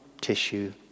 tissue